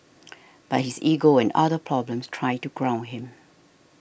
but his ego and other problems try to ground him